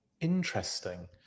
Interesting